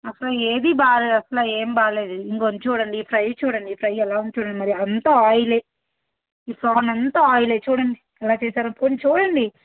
అసలు ఏది బాలేదు అసల ఏం బాలేదు ఇంగోండి చూడండి ఈ ఫ్రై చూడండి ఈ ఫ్రై ఎలా ఉందో చూడండి మరి అంతా ఆయిలే ఈ ఫ్రాన్ అంతా ఆయిలే చూడండి ఎలా చేసారో పోనీ చూడండి